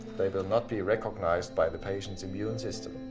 they will not be recognised by the patient's immune system.